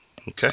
Okay